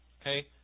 Okay